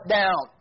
down